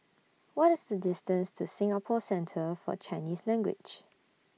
What IS The distance to Singapore Centre For Chinese Language